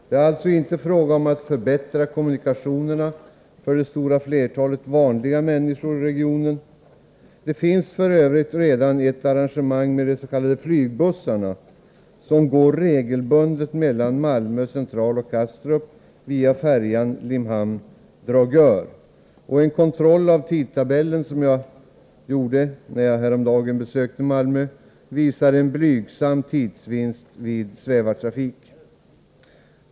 Det är alltså inte fråga om att förbättra kommunikationerna för det stora flertalet vanliga människor i regionen. Det finns f. ö. redan ett arrangemang med de s.k. flygbussarna, som går regelbundet mellan Malmö C och Kastrup via färjan Limhamn-Dragör, och en kontroll av-tidtabellen som jag gjorde när jag häromdagen besökte Malmö visar en blygsam tidsvinst vid svävartrafik.